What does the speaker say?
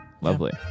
Lovely